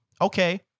okay